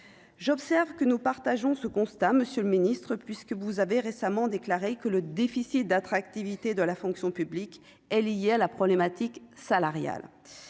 j'observe que nous partageons ce constat Monsieur le Ministre, puisque vous avez récemment déclaré que le déficit d'attractivité de la fonction publique est liée à la problématique salariale,